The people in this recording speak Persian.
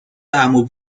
عمو